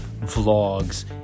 vlogs